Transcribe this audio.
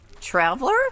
Traveler